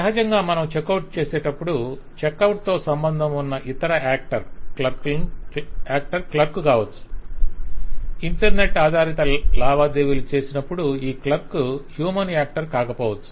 సహజంగా మనం check out చేసేటప్పుడు చెక్ అవుట్ తో సంబంధం ఉన్న ఇతర యాక్టర్ క్లర్క్ కావచ్చు ఇంటర్నెట్ ఆధారిత లావాదేవీలు చేస్తునప్పుడు ఈ క్లర్క్ హ్యూమన్ యాక్టర్ కాకపోవచ్చు